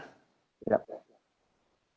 yup